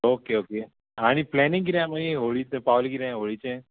okay okay आनी planning कितें मागीर होळी पावलें कितें होळीचें